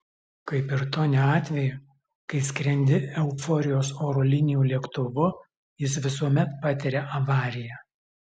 kaip ir tonio atveju kai skrendi euforijos oro linijų lėktuvu jis visuomet patiria avariją